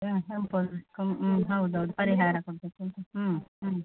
ಹಾಂ ಸಿಂಪಲ್ ಹ್ಞೂ ಹ್ಞೂ ಹೌದು ಹೌದು ಪರಿಹಾರ ಕೊಡಬೇಕು ಅಂತ ಹ್ಞೂ ಹ್ಞೂ